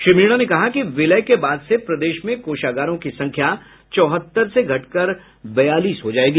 श्री मीणा ने कहा कि विलय के बाद से प्रदेश में कोषागारों की संख्या चौहत्तर से घटकर बयालीस हो जायेगी